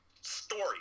story